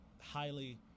highly